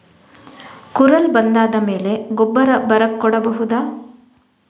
ಕುರಲ್ ಬಂದಾದ ಮೇಲೆ ಗೊಬ್ಬರ ಬರ ಕೊಡಬಹುದ?